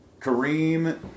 Kareem